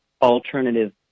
alternative